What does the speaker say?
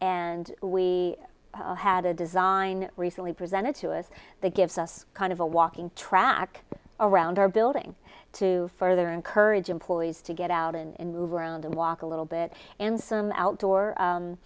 and we had a design recently presented to us that gives us kind of a walking track around our building to further encourage employees to get out and move around and walk a little bit and some outdoor